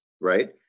right